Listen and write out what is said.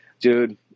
Dude